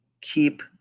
keep